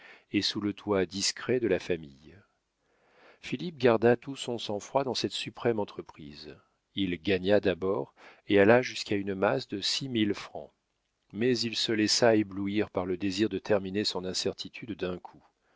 et sous le toit discret de la famille philippe garda tout son sang-froid dans cette suprême entreprise il gagna d'abord et alla jusqu'à une masse de six mille francs mais il se laissa éblouir par le désir de terminer son incertitude d'un coup